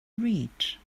read